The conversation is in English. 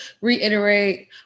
reiterate